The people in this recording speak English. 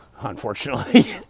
unfortunately